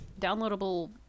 downloadable